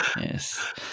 Yes